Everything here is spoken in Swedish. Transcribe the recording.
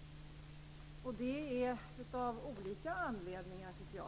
Det finns, tycker jag, självklart olika anledningar till